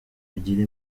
mugire